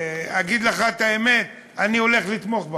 אגיד לך את האמת, אני הולך לתמוך בחוק,